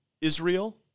Israel